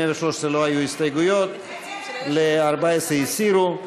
ל-113 לא היו הסתייגויות, ול-114 הסירו.